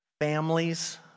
families